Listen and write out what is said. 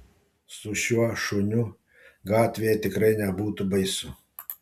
su šiuo šuniu gatvėje tikrai nebūtų baisu